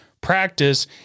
practice